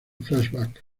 flashback